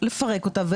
לפרק אותה.